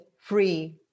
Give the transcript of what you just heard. free